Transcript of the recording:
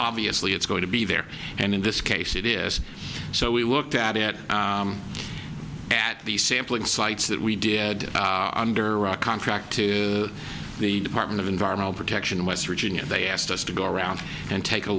obviously it's going to be there and in this case it is so we looked at it at the sampling sites that we did under a rock contract to the department of environmental protection in west virginia they asked us to go around and take a